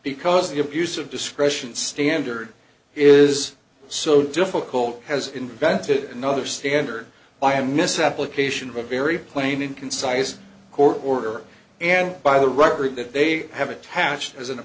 because the abuse of discretion standard is so difficult has invented another standard by a misapplication of a very plain and concise court order and by the record that they have attached as an